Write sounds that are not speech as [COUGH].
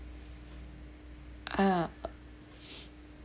ah [NOISE]